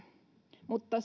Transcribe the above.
mutta